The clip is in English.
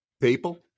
People